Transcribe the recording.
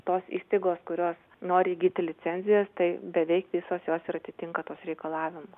tos įstaigos kurios nori įgyti licenzijas tai beveik visos jos ir atitinka tuos reikalavimus